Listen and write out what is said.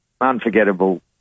unforgettable